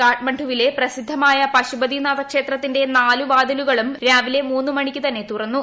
കാഠ്മണ്ഡുവിലെ പ്രസിദ്ധമായ പശുപതിനാഥ ക്ഷേത്രത്തിന്റെ നാല് വാതിലുകളും രാവിലെ മൂന്ന് മണിക്ക് തന്നെ തുറന്നു